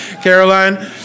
Caroline